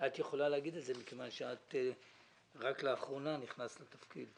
את יכולה להגיד מכיוון שאת רק לאחרונה נכנסת לתפקיד.